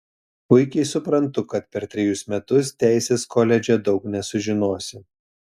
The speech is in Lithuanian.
puikiai suprantu kad per trejus metus teisės koledže daug nesužinosi